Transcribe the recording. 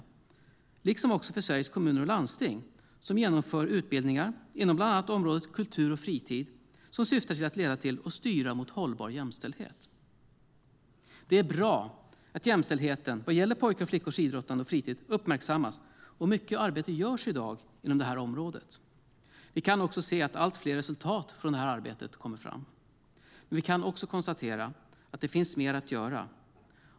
Det gäller också Sveriges Kommuner och Landsting, som genomför utbildningar inom bland annat området kultur och fritid som syftar till att leda till och styra mot hållbar jämställdhet. Det är bra att jämställdheten vad gäller pojkar och flickors idrottande och fritid uppmärksammas. Mycket arbete görs i dag inom detta område. Vi kan också se allt fler resultat från det arbetet. Men vi kan också konstatera att det finns mer att göra.